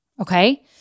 okay